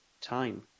time